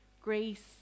grace